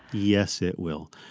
yes, it will.